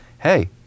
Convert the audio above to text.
hey